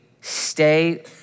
stay